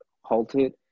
halted